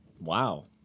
Wow